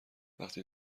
وقتی